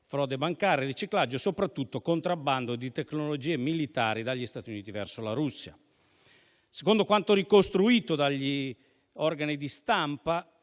frode bancaria, riciclaggio e soprattutto contrabbando di tecnologie militari dagli Stati Uniti verso la Russia. Secondo quanto ricostruito dagli organi di stampa,